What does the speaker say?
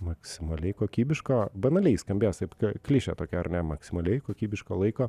maksimaliai kokybiško banaliai skambės kaip k klišė tokia ar ne maksimaliai kokybiško laiko